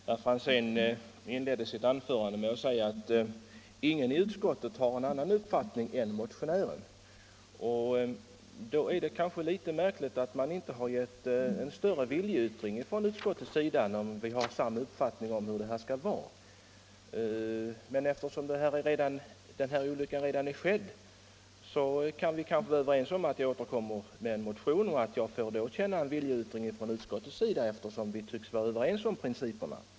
Herr talman! Herr Franzén inledde sitt anförande med att säga att ingen i utskottet har en annan uppfattning än motionären. Då är det kanske litet märkligt att utskottet inte har åstadkommit någon kraftigare viljeyttring. Eftersom denna olycka redan är skedd kan vi väl vara överens om att jag återkommer med en motion och att jag då får känna av utskottets viljeyttring, eftersom vi tycks vara ense om principerna.